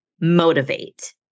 motivate